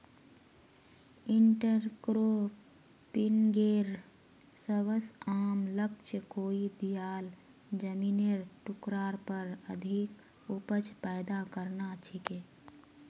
इंटरक्रॉपिंगेर सबस आम लक्ष्य कोई दियाल जमिनेर टुकरार पर अधिक उपज पैदा करना छिके